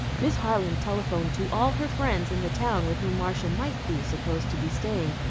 miss harland telephoned to all her friends in the town with whom marcia might be supposed to be staying,